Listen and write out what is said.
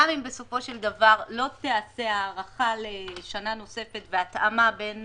גם אם בסופו של דבר לא תיעשה ההארכה לשנה נוספת והתאמה בין